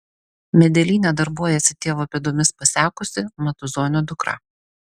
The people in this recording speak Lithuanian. medelyne darbuojasi tėvo pėdomis pasekusi matuzonio dukra